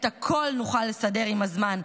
את הכול נוכל לסדר עם הזמן,